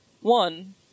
one